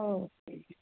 okay ਜੀ